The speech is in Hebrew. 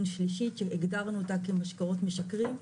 שלישית שהגדרנו אותה כמשקאות משכרים,